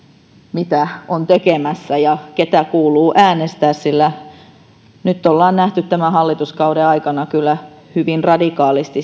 mitä on tekemässä ja ketä kuuluu äänestää sillä nyt ollaan nähty tämän hallituskauden aikana kyllä hyvin radikaalisti